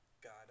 God